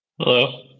Hello